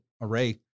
array